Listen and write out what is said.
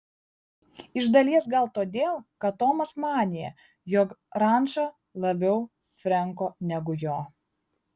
iš dalies gal todėl kad tomas manė jog ranča labiau frenko negu jo